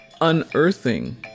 unearthing